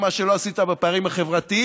מה שלא עשית בפערים החברתיים,